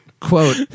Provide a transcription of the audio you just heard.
Quote